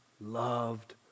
loved